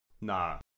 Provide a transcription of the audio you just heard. No